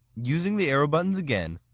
using the arrow buttons again,